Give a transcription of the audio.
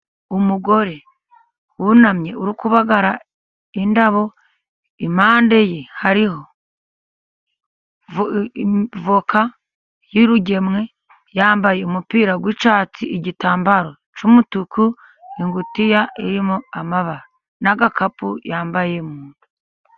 Umugore wunamye uri kubagara indabo. Impande ye hariho voka y'urugemwe, yambaye umupira w'icyatsi, igitambaro cy'umutuku, ingutiya irimo amabara n'agakapu yambaye mu nda.